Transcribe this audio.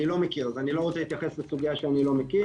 אני לא מכיר אז אני לא רוצה להתייחס לסוגיה שאני לא מכיר,